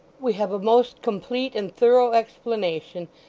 we have a most complete and thorough explanation,